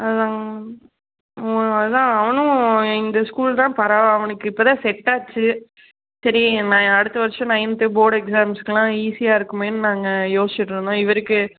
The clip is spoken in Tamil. அதுதாங்க மேம் ம் அதுதான் அவனும் இந்த ஸ்கூல் தான் பரவா அவனுக்கு இப்போதான் செட் ஆச்சு சரி மே அடுத்த வருஷம் நைன்த்து போர்டு எக்ஸாம்ஸ்கெலாம் ஈஸியாக இருக்குமேன்னு நாங்கள் யோசிச்சுட்ருந்தோம் இவருக்கு